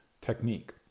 technique